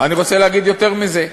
אני רוצה להגיד יותר מזה,